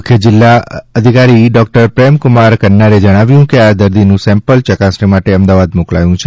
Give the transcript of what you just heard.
મુખ્ય જીલ્લા અધિકારી ડોકટર પ્રેમ કુમાર કન્નરે જણાવ્યું કે આ દર્દીનું સેમ્પલ ચકાસણી માટે અમદાવાદ મોકલાયું છે